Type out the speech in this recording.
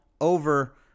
over